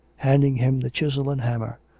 handing him the chisel and hammer,